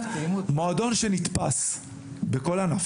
מועדון שנתפס בכל הענף,